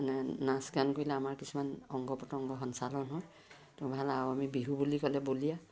মানে নাচ গান কৰিলে আমাৰ কিছুমান অংগ পতংগ সঞ্চালন হয় তো ভাল আৰু আমি বিহু বুলি ক'লে বলিয়া